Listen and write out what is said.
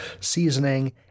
seasoning